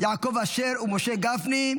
יעקב אשר ומשה גפני.